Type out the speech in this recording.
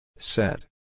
Set